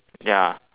ya